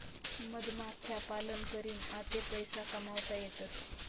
मधमाख्या पालन करीन आते पैसा कमावता येतसं